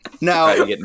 now